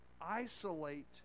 Isolate